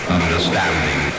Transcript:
understanding